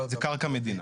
זו קרקע מדינה.